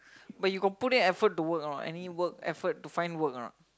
but you got put in effort to work or not any work effort to find work or not